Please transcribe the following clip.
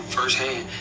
firsthand